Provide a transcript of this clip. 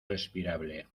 respirable